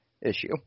issue